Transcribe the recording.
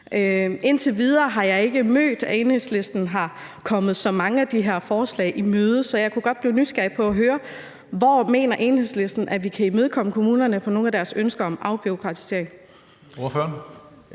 Indtil videre har jeg ikke set, at Enhedslisten er kommet så mange af de her forslag i møde. Så jeg kunne godt blive nysgerrig på at høre, hvor Enhedslisten mener at vi kan imødekomme kommunerne i forhold til nogle af deres ønsker om afbureaukratisering.